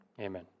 Amen